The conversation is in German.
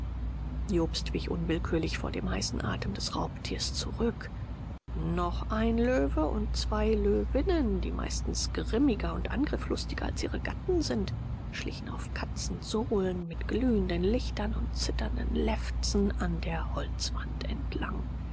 jobst wich unwillkürlich vor dem heißen atem des raubtiers zurück noch ein löwe und zwei löwinnen die meistens grimmiger und angriffslustiger als ihre gatten sind schlichen auf katzensohlen mit glühenden lichtern und zitternden lefzen an der holzwand entlang